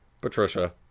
Patricia